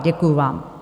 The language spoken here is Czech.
Děkuji vám.